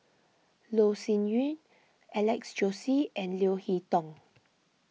Loh Sin Yun Alex Josey and Leo Hee Tong